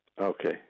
Okay